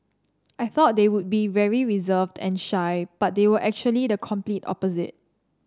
I thought they would be very reserved and shy but they were actually the complete opposite